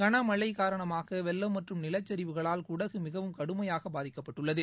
களமழை காரணமாக வெள்ளம் மற்றும் நிலச்சிவுகளால் குடகு மிகவும் கடுமையாக பாதிக்கப்பட்டுள்ளது